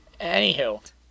Anywho